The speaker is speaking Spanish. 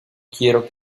quiero